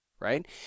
right